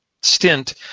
stint